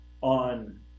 on